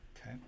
okay